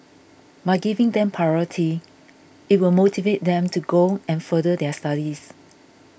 by giving them priority it will motivate them to go and further their studies